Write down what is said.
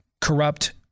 corrupt